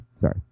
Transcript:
sorry